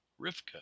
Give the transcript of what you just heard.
Rivka